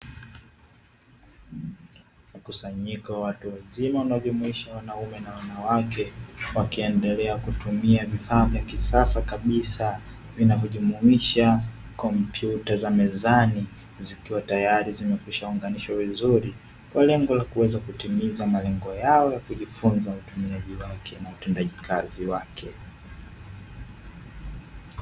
Mkusanyiko wa watu wazima unaojumuisha wanaume na wanawake, wakiendelea kutumia vifaa vya kisasa kabisa, vinavyojumuisha kompyuta za mezani, zikiwa tayari zimekwishaunganishwa vizuri, kwa lengo la kuweza kutimiza malengo yao ya kujifunza utumiaji wake, na utendaji kazi wake.